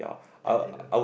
that area